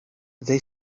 they